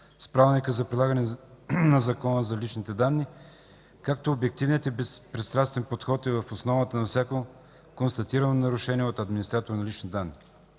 с Правилника за прилагане на Закона за личните данни, като обективният и безпристрастен подход е в основата на всяко констатирано нарушение от администратор на лични данни.